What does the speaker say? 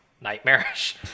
nightmarish